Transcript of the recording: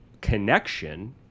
connection